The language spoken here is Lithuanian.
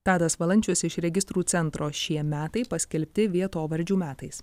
tadas valančius iš registrų centro šie metai paskelbti vietovardžių metais